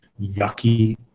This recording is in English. yucky